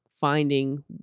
finding